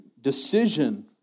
decision